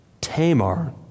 Tamar